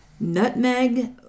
nutmeg